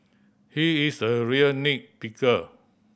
he is a real nit picker